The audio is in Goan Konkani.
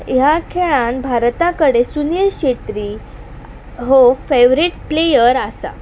ह्या खेळान भारता कडेन सुनील श्षेत्री हो फेवरेट प्लेयर आसा